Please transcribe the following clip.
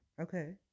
Okay